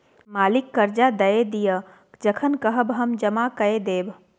मालिक करजा दए दिअ जखन कहब हम जमा कए देब